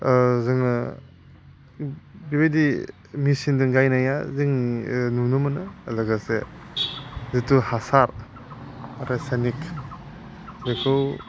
जोङो बेबायदि मेसिनजों गायनाया जों नुनो मोनो लोगोसे जिथु हासार रासायनिक बेखौ